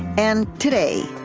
and today,